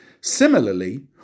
Similarly